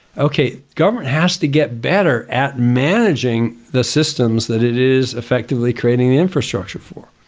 okay, government has to get better at managing the systems that it is effectively creating the infrastructure for